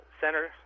center